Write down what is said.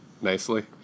nicely